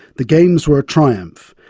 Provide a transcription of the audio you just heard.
the games were a triumph,